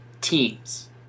teams